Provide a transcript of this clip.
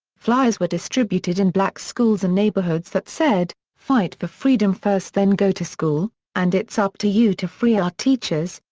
flyers were distributed in black schools and neighborhoods that said, fight for freedom first then go to school and it's up to you to free our teachers,